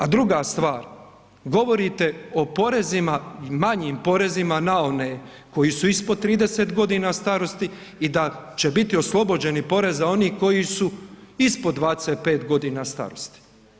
A druga stvar, govorite o porezima manjim porezima na one koji su ispod 30 godina starosti i da će biti oslobođeni poreza oni koji su ispod 25 godina starosti.